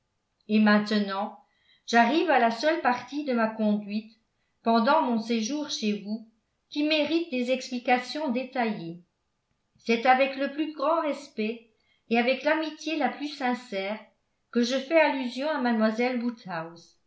et maintenant j'arrive à la seule partie de ma conduite pendant mon séjour chez vous qui mérite des explications détaillées c'est avec le plus grand respect et avec l'amitié la plus sincère que je fais allusion à